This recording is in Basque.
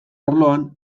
arloan